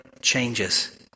changes